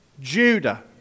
Judah